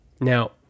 Now